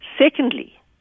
Secondly